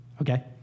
Okay